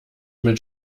mit